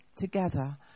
together